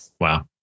Wow